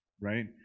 Right